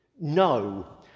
No